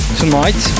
tonight